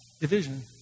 division